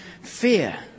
fear